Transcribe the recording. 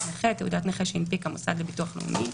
נכה" תעודת נכה שהנפיק המוסד לביטוח לאומי".